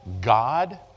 God